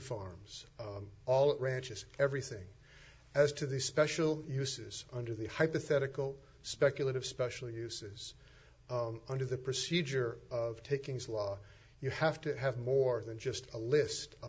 farms all branches everything as to the special uses under the hypothetical speculative special uses under the procedure of takings law you have to have more than just a list a